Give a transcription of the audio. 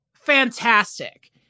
fantastic